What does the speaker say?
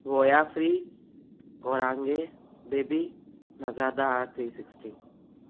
वयाफरी कौरांगे बेबी मज़ादा आर थ्री सिक्सटी